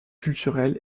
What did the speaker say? culturelle